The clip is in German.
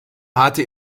hatte